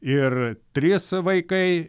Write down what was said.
ir trys vaikai